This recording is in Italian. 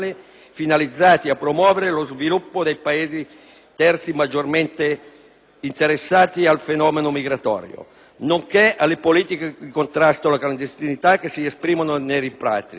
finalizzati a promuovere lo sviluppo dei Paesi terzi maggiormente interessati dal fenomeno migratorio, nonché alle politiche di contrasto alla clandestinità che si esprimono nei rimpatri.